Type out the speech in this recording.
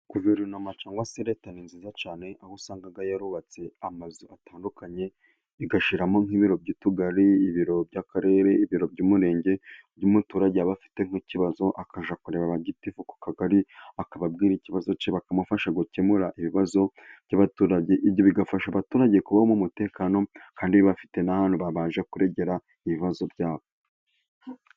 Guverinoma cyangwa se leta ni nziza cyane, aho usanga yarubatse amazu atandukanye igashyiramo nk'ibiro by'utugari, ibiro by'akarere, ibiro by'umurenge, ku buryo umuturage aba afite nk'ikibazo akajya kureba ba gitifu ku kagari, akababwira ikibazo cye bakamufasha gukemura ibibazo by'abaturage, ibyo bigafasha abaturage kubona umutekano kandi bafite n'ahantu babasha kuregera ibibazo byabo.